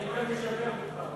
אני משבח אותך.